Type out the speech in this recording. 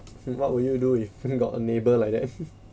hmm what will you do if got a neighbour like that